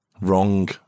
Wrong